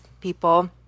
people